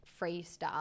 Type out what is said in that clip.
freestyle